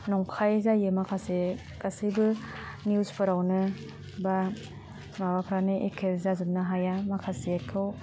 नंखाइ जायो माखासे गासैबो निउसफोरावनो बा माबाफ्रानो एके जाजोबनो हाया माखासेखौ